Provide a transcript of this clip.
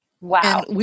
Wow